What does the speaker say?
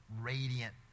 radiant